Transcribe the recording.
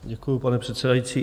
Děkuju, pane předsedající.